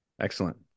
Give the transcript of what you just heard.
Excellent